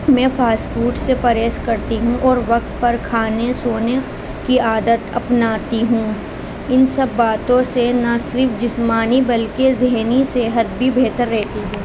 میں fast food سے پرہیز کرتی ہوں اور وقت پر کھانے سونے کی عادت اپناتی ہوں ان سب باتوں سے نہ صرف جسمانی بلکہ ذہنی صحت بھی بہتر رہتی ہے